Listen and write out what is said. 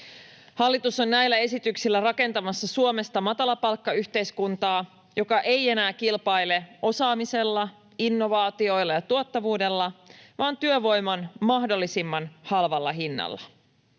Hallitus on näillä esityksillä rakentamassa Suomesta matalapalkkayhteiskuntaa, joka ei enää kilpaile osaamisella, innovaatioilla ja tuottavuudella, vaan työvoiman mahdollisimman halvalla hinnalla.